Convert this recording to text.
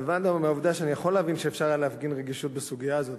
אבל לבד מהעובדה שאני יכול להבין שאפשר היה להפגין רגישות בסוגיה הזאת,